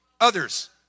Others